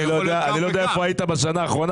אני לא יודע איפה היית בשנה האחרונה.